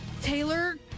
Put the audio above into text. taylor